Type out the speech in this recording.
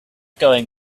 going